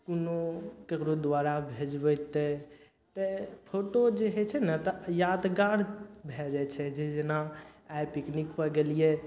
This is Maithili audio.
उ ने ककरो द्वारा भेजबेतय तए फोटो जे होइ छै ने तऽ यादगार भए जाइ छै जे दिन जेना आइ पिकनिकपर गेलियै